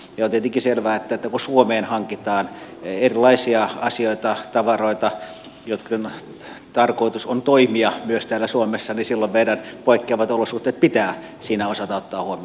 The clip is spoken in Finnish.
ja on tietenkin selvää että kun suomeen hankitaan erilaisia asioita tavaroita joiden tarkoitus on toimia myös täällä suomessa niin silloin meidän poikkeavat olosuhteet pitää siinä osata ottaa huomioon oikealla tavalla